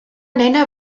nena